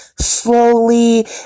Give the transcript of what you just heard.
slowly